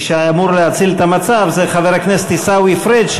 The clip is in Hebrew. מי שהיה אמור להציל את המצב זה חבר הכנסת עיסאווי פריג',